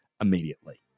immediately